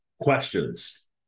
questions